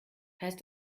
heißt